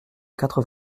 quatre